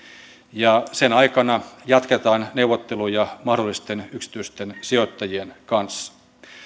ja sen aikana jatketaan neuvotteluja mahdollisten yksityisten sijoittajien kanssa